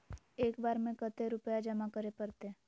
एक बार में कते रुपया जमा करे परते?